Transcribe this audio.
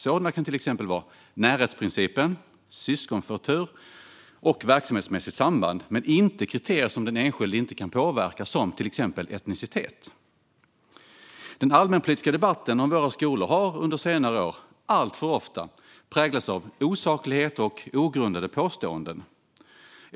Sådana kan till exempel vara närhetsprincipen, syskonförtur och verksamhetsmässigt samband, men inte kriterier som den enskilde inte kan påverka, som exempelvis etnicitet. Den allmänpolitiska debatten om våra skolor har under senare år alltför ofta präglats av osaklighet och ogrundade påståenden.